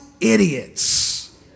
idiots